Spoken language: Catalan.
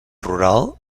rural